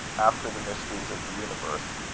after the mysteries of the universe.